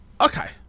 Okay